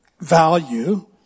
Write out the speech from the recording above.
value